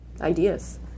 ideas